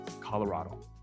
Colorado